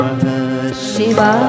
Shiva